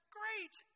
great